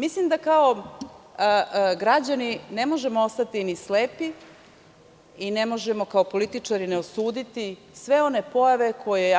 Mislim da kao građani ne možemo ostati ni slepi i ne možemo kao političari ne osuditi sve one pojave koje